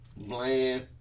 bland